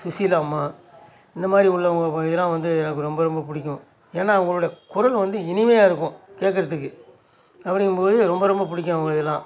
சுசிலா அம்மா இந்த மாதிரி உள்ளவங்க இதெல்லாம் வந்து எனக்கு ரொம்ப ரொம்ப பிடிக்கும் ஏன்னால் அவங்களோடய குரல் வந்து இனிமையாக இருக்கும் கேட்கறதுக்கு அப்படிங்கும் போது ரொம்ப ரொம்ப பிடிக்கும் அவங்க இதெல்லாம்